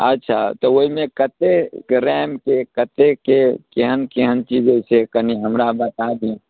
अच्छा तऽ ओहिमे कतेक रैमके कतेकके केहन केहन चीज होइत छै कनि हमरा बता दिअ